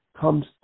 comes